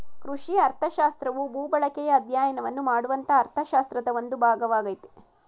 ಕೃಷಿ ಅರ್ಥಶಾಸ್ತ್ರವು ಭೂಬಳಕೆಯ ಅಧ್ಯಯನವನ್ನು ಮಾಡುವಂತಹ ಅರ್ಥಶಾಸ್ತ್ರದ ಒಂದು ಭಾಗವಾಗಯ್ತೆ